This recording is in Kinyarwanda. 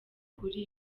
kuri